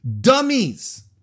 dummies